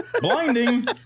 Blinding